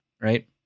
Right